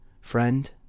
Friend